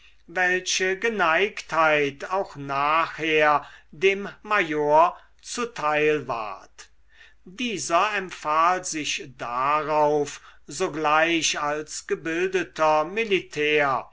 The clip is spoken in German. welche geneigtheit auch nachher dem major zuteil ward dieser empfahl sich darauf sogleich als gebildeter militär